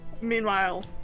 Meanwhile